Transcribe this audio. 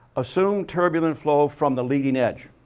assume turbulent flow from the leading edge.